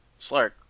slark